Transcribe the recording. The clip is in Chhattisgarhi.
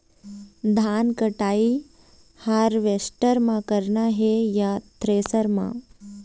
धान कटाई हारवेस्टर म करना ये या थ्रेसर म?